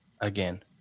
again